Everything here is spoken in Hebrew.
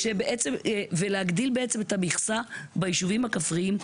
ולהגדיל בעצם את המכסה ביישובים הכפריים.